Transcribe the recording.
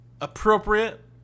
appropriate